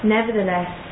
Nevertheless